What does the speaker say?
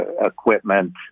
equipment